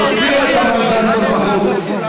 תוציאו את תמר זנדברג בחוץ.